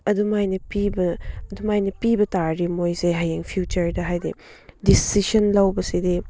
ꯑꯗꯨꯃꯥꯏꯅ ꯄꯤꯕ ꯑꯗꯨꯃꯥꯏꯅ ꯄꯤꯕ ꯇꯥꯔꯗꯤ ꯃꯣꯏꯁꯦ ꯍꯌꯦꯡ ꯐ꯭ꯌꯨꯆꯔꯗ ꯍꯥꯏꯗꯤ ꯗꯤꯁꯤꯖꯟ ꯂꯧꯕꯁꯤꯗꯤ